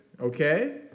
okay